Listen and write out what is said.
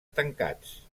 tancats